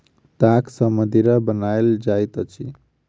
दाख सॅ मदिरा बनायल जाइत अछि